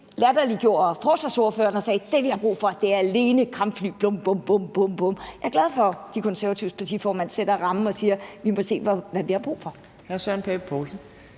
latterliggjorde forsvarsordføreren og sagde: Det, vi har brug for, er alene kampfly bum, bum, bum! Jeg er glad for, at De Konservatives partiformand sætter rammen og siger: Vi må se, hvad vi har brug for.